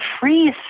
freeze